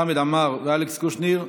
חמד עמאר ואלכס קושניר,